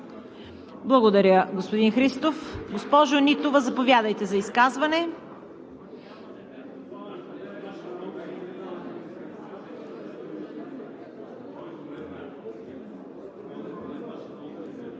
Благодаря, господин Христов. Госпожо Нитова, заповядайте за изказване.